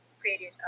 created